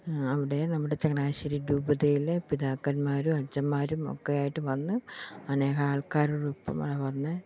അവിടെ നമ്മുടെ ചങ്ങനാശ്ശേരി രൂപതയിലെ പിതാക്കന്മാരും അച്ചന്മാരും ഒക്കെ ആയിട്ട് വന്ന് അനേകമാൾക്കാരോടൊപ്പമായി വന്ന്